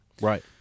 Right